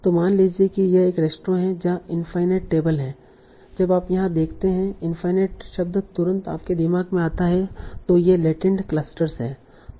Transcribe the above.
तो मान लीजिए कि यह एक ऐसा रेस्तरां है जहाँ इनफाईनाईट टेबल हैं जब आप यहाँ देखते हैं कि इनफाईनाईट शब्द तुरंत आपके दिमाग में आता है तो ये लेटेन्ट क्लस्टर्स हैं